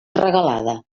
regalada